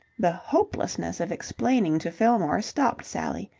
the hopelessness of explaining to fillmore stopped sally.